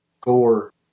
gore